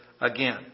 again